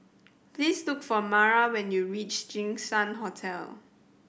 please look for Amara when you reach Jinshan Hotel